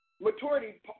Maturity